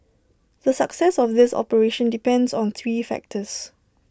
the success of this operation depends on three factors